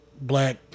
black